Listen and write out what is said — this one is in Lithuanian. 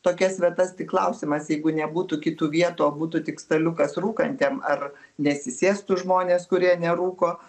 tokias vietas tik klausimas jeigu nebūtų kitų vietų o būtų tik staliukas rūkantiem ar nesisėstų žmonės kurie nerūko